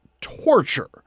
torture